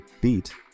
beat